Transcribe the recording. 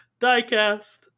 diecast